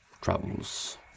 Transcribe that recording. travels